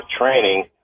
training